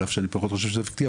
על אף שאני פחות חושב שזה ישפיע.